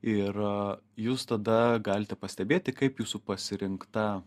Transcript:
ir jūs tada galite pastebėti kaip jūsų pasirinkta